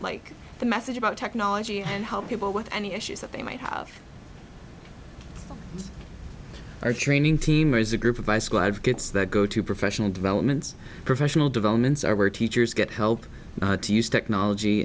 like the message about technology and help people with any issues that they might have or training team or as a group of high school have kids that go to professional development professional developments are where teachers get help to use technology